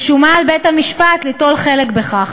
ושומה על בית-המשפט ליטול חלק בכך.